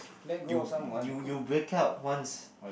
you you you break up once